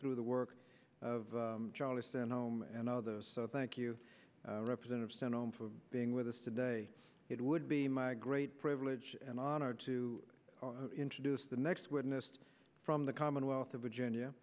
through the work of charlie stenholm and others so thank you representative sent home for being with us today it would be my great privilege and honor to introduce the next witness from the commonwealth of virginia